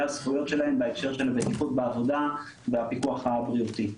הזכויות שלהם בהקשר של הבטיחות בעבודה והפיקוח הבריאותי.